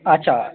আচ্ছা